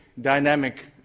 dynamic